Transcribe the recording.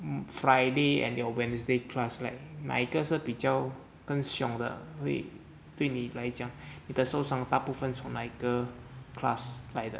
um friday and your wednesday class is like 哪一个是比较更凶的对你来讲你的受伤大部分从哪一个 class 来的